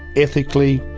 ethically,